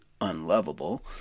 unlovable